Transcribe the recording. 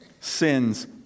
sin's